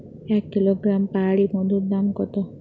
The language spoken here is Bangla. এক কিলোগ্রাম পাহাড়ী মধুর দাম কত?